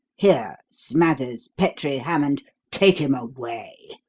here, smathers, petrie, hammond, take him away.